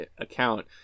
account